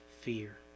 fear